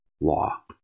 law